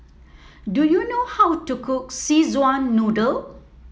do you know how to cook Szechuan Noodle